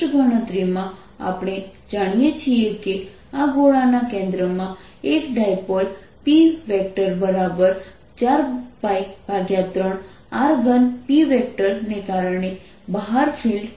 E P30 P030 zEoutside EinsideEoutside P030 z સ્પષ્ટ ગણતરીમાં આપણે જાણીએ છીએ કે આ ગોળાના કેન્દ્ર માં એક ડાયપોલ P 4π3R3P ને કારણે બહાર ફિલ્ડ E છે